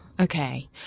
Okay